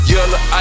Yellow